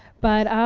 but, um,